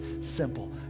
simple